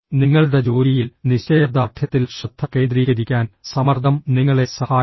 നിങ്ങളുടെ ജോലിയിൽ നിശ്ചയദാർഢ്യത്തിൽ ശ്രദ്ധ കേന്ദ്രീകരിക്കാൻ സമ്മർദ്ദം നിങ്ങളെ സഹായിക്കും